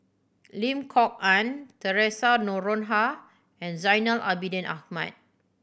Lim Kok Ann Theresa Noronha and Zainal Abidin Ahmad